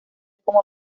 como